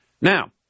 Now